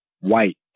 white